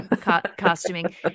costuming